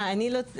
אה אני לא.